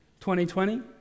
2020